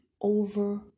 over